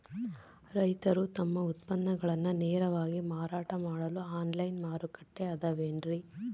ರೈತರು ತಮ್ಮ ಉತ್ಪನ್ನಗಳನ್ನ ನೇರವಾಗಿ ಮಾರಾಟ ಮಾಡಲು ಆನ್ಲೈನ್ ಮಾರುಕಟ್ಟೆ ಅದವೇನ್ರಿ?